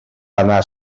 anar